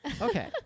Okay